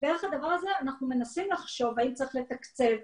דרך הדבר הזה אנחנו מנסים לחשוב האם צריך לתקצב,